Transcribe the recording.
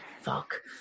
fuck